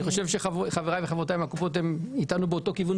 אני חושב שחבריי וחברותיי מהקופות הם איתנו בדיוק באותו כיוון